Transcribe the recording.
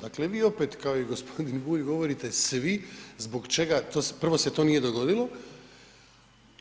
Dakle, vi opet kao i g. Bulj govorite svi zbog čega, prvo se to nije dogodilo